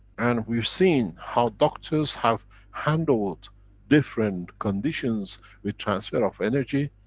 and we've seen how doctors have handled different conditions with transfer of energy,